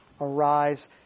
arise